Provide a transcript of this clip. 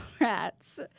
rats